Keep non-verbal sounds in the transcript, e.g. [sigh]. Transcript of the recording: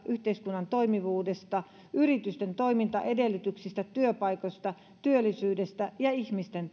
yhteiskunnan toimivuudesta yritysten toimintaedellytyksistä työpaikoista työllisyydestä ja ihmisten [unintelligible]